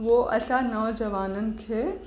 उहो असां नौजवाननि खे